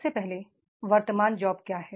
सबसे पहले वर्तमान जॉब क्या है